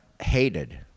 hated